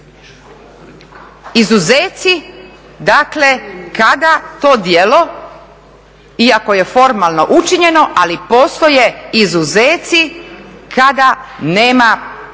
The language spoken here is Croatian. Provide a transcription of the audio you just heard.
izuzeci kada to djelo iako je formalno učinjeno, ali postoje izuzeci kada nema